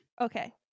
Okay